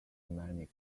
many